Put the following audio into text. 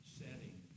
setting